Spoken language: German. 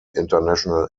international